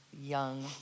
young